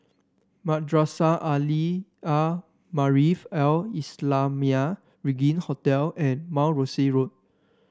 Madrasah are Maarif Al Islamiah Regin Hotel and Mount Rosie Road